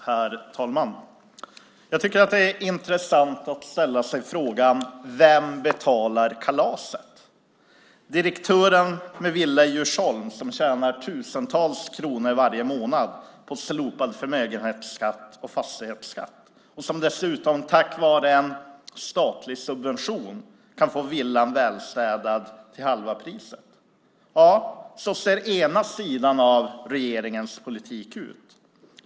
Herr talman! Jag tycker att det är intressant att ställa sig frågan: Vem betalar kalaset? Är det direktören med villa i Djursholm, som tjänar tusentals kronor varje månad, som får slopad förmögenhetsskatt och fastighetsskatt och som dessutom tack vare en statlig subvention kan få villan välstädad till halva priset? Så ser den ena sidan av regeringens politik ut.